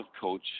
coach